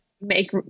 Make